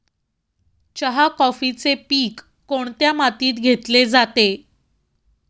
चहा, कॉफीचे पीक कोणत्या मातीत घेतले जाते?